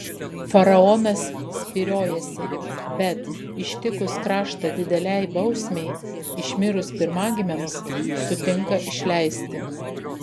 faraonas spyriojasi bet ištikus kraštą didelei bausmei išmirus pirmagimiams sutinka išleisti